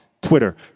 Twitter